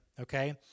Okay